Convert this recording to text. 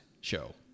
show